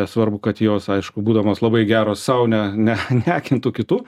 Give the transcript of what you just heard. svarbu kad jos aišku būdamos labai geros sau ne ne neakintų kitų